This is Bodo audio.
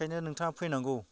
ओंखायनो नोंथाङा फैनांगौ